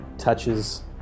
Touches